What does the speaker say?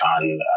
on